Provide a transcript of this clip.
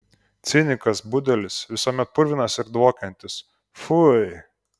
cinikas budelis visuomet purvinas ir dvokiantis pfui